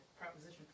Proposition